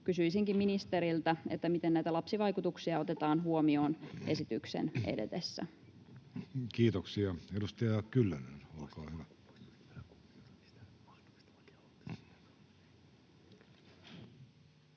Kysyisinkin ministeriltä: miten näitä lapsivaikutuksia otetaan huomioon esityksen edetessä? Kiitoksia. — Edustaja Kyllönen, olkaa hyvä.